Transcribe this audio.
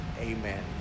amen